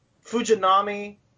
Fujinami